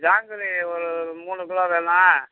ஜாங்கிரி ஒரு மூணு கிலோ வேணும்